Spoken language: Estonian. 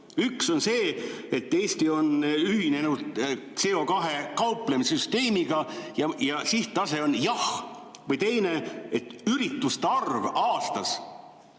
Üks on see, et Eesti on ühinenud CO2kauplemissüsteemiga ja sihttase on "jah". Või ürituste arv aastas.